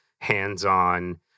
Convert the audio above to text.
hands-on